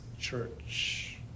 church